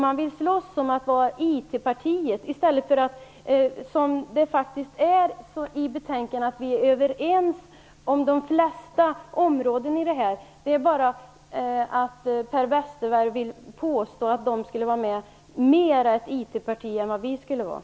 Man slåss om att vara IT-partiet i stället för att, som i betänkandet, vara överens på de flesta områdena av detta. Det är bara det att Per Westerberg vill påstå att Moderaterna i högre grad än Socialdemokraterna är ett IT-parti.